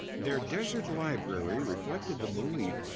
their desert library reflected the belief.